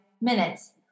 minutes